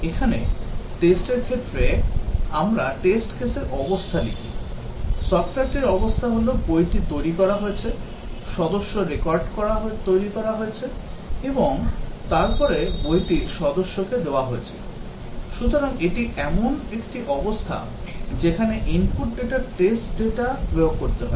এখানে test র ক্ষেত্রে আমরা test case র অবস্থা লিখি সফ্টওয়্যারটির অবস্থা হল বইটি তৈরি করা হয়েছে সদস্য রেকর্ড তৈরি করা হয়েছে এবং তারপরে বইটি সদস্যকে দেওয়া হয়েছে সুতরাং এটি এমন একটি অবস্থা যেখানে input data test data প্রয়োগ করতে হয়